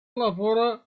lavora